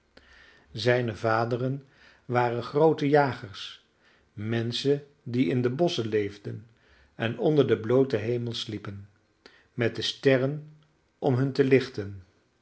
zijne vaderen waren groote jagers menschen die in de bosschen leefden en onder den blooten hemel sliepen met de sterren om hun te lichten